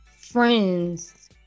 friends